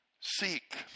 seek